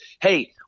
Hey